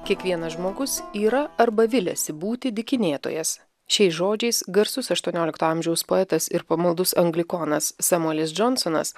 kiekvienas žmogus yra arba viliasi būti dykinėtojas šiais žodžiais garsus aštuoniolikto amžiaus poetas ir pamaldus anglikonas samuelis džonsonas